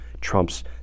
trump's